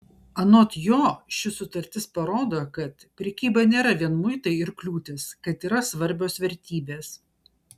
anot jo ši sutartis parodo kad prekyba nėra vien muitai ir kliūtys kad yra svarbios vertybės